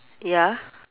ya